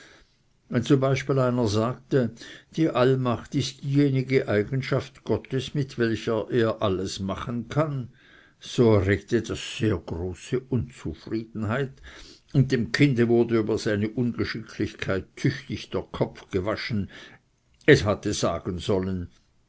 wenn zum beispiel einer sagte die allmacht ist diejenige eigenschaft gottes mit welcher er alles machen kann so erregte das sehr große unzufriedenheit und dem kinde wurde über seine ungeschicklichkeit tüchtig der kopf gewaschen es hätte sagen sollen